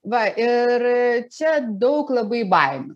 va ir čia daug labai baimių